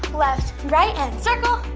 left, right, and circle,